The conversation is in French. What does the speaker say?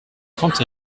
trente